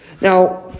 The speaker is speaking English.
Now